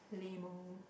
lame oh